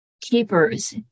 keepers